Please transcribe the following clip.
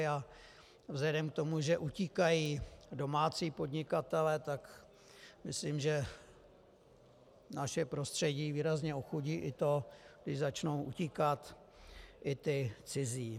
A vzhledem k tomu, že utíkají domácí podnikatelé, tak myslím, že naše prostředí výrazně ochudí i to, když začnou utíkat i ti cizí.